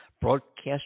broadcast